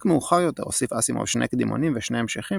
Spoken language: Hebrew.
רק מאוחר יותר הוסיף אסימוב שני קדימונים ושני המשכים